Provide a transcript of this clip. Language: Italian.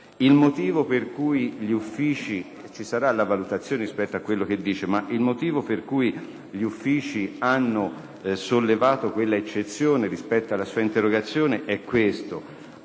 il motivo per cui gli Uffici hanno sollevato l'eccezionerispetto alla sua interrogazione è il